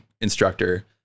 instructor